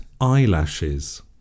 eyelashes